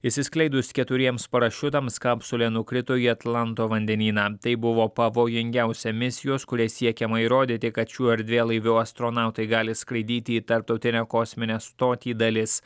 išsiskleidus keturiems parašiutams kapsulė nukrito į atlanto vandenyną tai buvo pavojingiausia misijos kuria siekiama įrodyti kad šiuo erdvėlaiviu astronautai gali skraidyti į tarptautinę kosminę stotį dalis